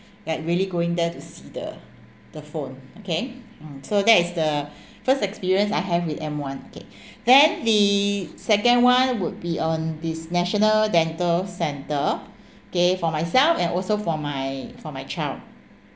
like really going there to see the the phone okay mm so that is the first experience I have with M one okay then the second one would be on this national dental centre okay for myself and also for my for my child